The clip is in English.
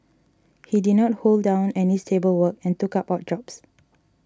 he did not hold down any stable work and took up odd jobs